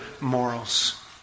morals